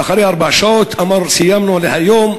ואחרי ארבע שעות אמרו: סיימנו להיום,